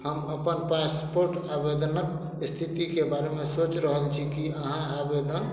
हम अपन पासपोर्ट आवेदनक स्थितिके बारेमे सोचि रहल छी कि अहाँ आवेदन